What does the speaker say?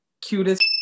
cutest